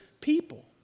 people